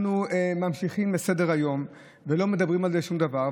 אנחנו ממשיכים בסדר-היום ולא אומרים על זה שום דבר.